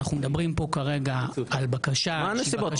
אנחנו מדברים פה כרגע על בקשה --- מה הנסיבות?